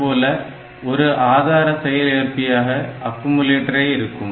அதுபோல ஒரு ஆதார செயல்ஏற்பியயாக அக்குமுலேட்டரே இருக்கும்